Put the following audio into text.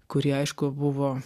kurie aišku buvo